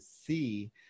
see